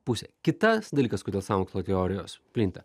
pusė kitas dalykas kodėl sąmokslo teorijos plinta